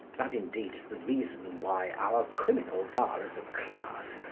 that indeed is the reason why our criminals are, as a class,